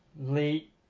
late